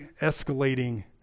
escalating